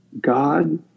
God